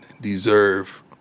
deserve